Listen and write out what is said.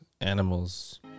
Animals